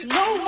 no